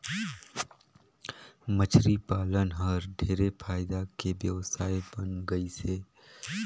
मछरी पालन हर ढेरे फायदा के बेवसाय बन गइस हे